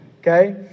Okay